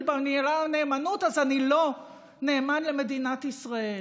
במילה "נאמנות" אז אני לא נאמן למדינת ישראל.